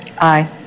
Aye